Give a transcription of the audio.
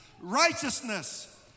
righteousness